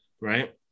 right